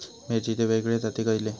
मिरचीचे वेगवेगळे जाती खयले?